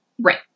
right